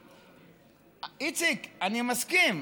איציק, אני מסכים.